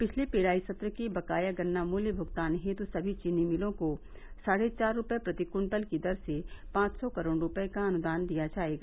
गत पेराई सत्र के बकाया गन्ना मूल्य भुगतान हेतु सभी चीनी मिलों को साढ़े चार रूपये प्रति कुन्टल की दर से पांच सौ करोड़ रूपये का अनुदान दिया जायेगा